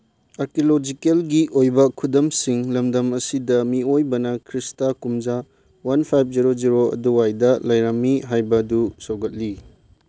ꯑꯥꯔꯀꯤꯌꯣꯂꯣꯖꯤꯀꯦꯜꯒꯤ ꯑꯣꯏꯕ ꯈꯨꯗꯝꯁꯤꯡ ꯂꯝꯗꯝ ꯑꯁꯤꯗ ꯃꯤꯑꯣꯏꯕꯅ ꯈ꯭ꯔꯤꯁꯇ ꯀꯨꯝꯖꯥ ꯋꯥꯟ ꯐꯥꯏꯚ ꯖꯦꯔꯣ ꯖꯦꯔꯣ ꯑꯗꯨꯋꯥꯏꯗ ꯂꯩꯔꯝꯃꯤ ꯍꯥꯏꯕꯗꯨ ꯁꯧꯒꯠꯂꯤ